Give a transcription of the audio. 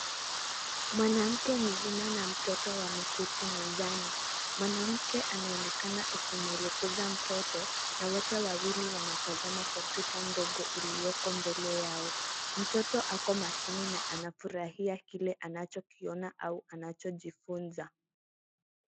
Mwanamke mzima na mtoto wameketi mezani. Mwanamke anaonekana akimwelekeza mtoto na wote wawili wanatazama kompyuta iliyoko mbele yao. Mtoto ako makini na anafurahia kile anachokiona au anachojifunza.